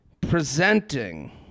presenting